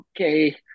okay